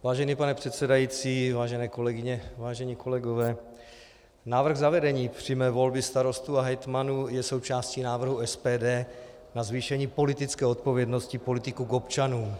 Vážený pane předsedající, vážené kolegyně, vážení kolegové, návrh na zavedení přímé volby starostů a hejtmanů je součástí návrhu SPD na zvýšení politické odpovědnosti politiků k občanům.